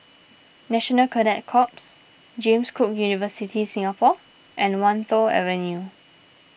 National Cadet Corps James Cook University Singapore and Wan Tho Avenue